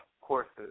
courses